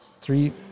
three